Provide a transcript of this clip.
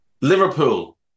Liverpool